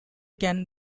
can